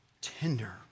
tender